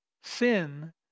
Sin